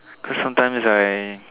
cause sometimes right